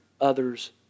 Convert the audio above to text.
others